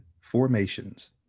formations